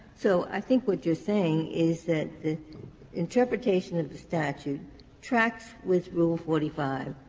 so i think what you're saying is that the interpretation of the statute tracks with rule forty five,